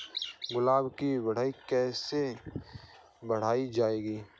गुलाब की वृद्धि कैसे बढ़ाई जाए?